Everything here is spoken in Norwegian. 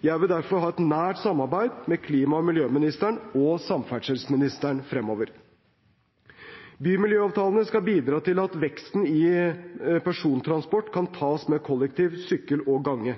Jeg vil derfor ha et nært samarbeid med klima- og miljøministeren og samferdselsministeren fremover. Bymiljøavtalene skal bidra til at veksten i persontransport kan tas med kollektiv, sykkel og gange.